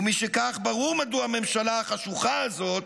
ומשכך, ברור מדוע הממשלה החשוכה הזאת,